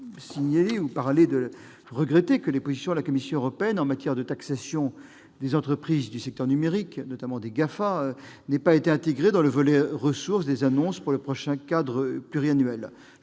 pouvons par exemple regretter que les propositions de la Commission européenne en matière de taxation des entreprises du secteur numérique, notamment les GAFA, n'aient pas été intégrées dans le volet « ressources » des annonces pour le prochain cadre financier